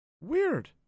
Weird